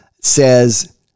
says